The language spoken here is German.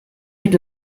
mit